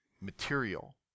material